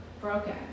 broken